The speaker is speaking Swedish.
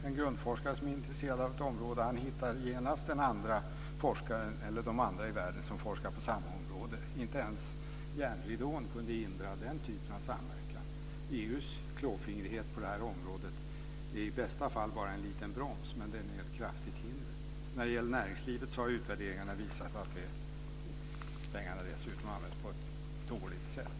En grundforskare som är intresserad av ett område hittar genast de andra i världen som forskar på samma område. Inte ens järnridån kunde hindra den typen av samverkan. EU:s klåfingrighet på det här området är i bästa fall bara en liten broms, men den är ett kraftigt hinder. När det gäller näringslivet har utvärderingarna visat att pengarna dessutom används på ett dåligt sätt.